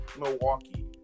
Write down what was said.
Milwaukee